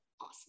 awesome